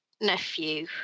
nephew